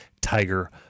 Tiger